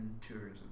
tourism